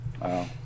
Wow